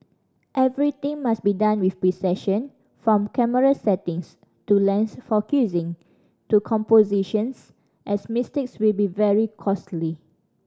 everything must be done with precision from camera settings to lens focusing to compositions as mistakes will be very costly